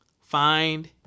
Find